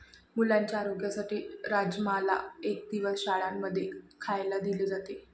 मुलांच्या आरोग्यासाठी राजमाला एक दिवस शाळां मध्येही खायला दिले जाते